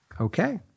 Okay